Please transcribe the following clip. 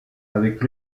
avec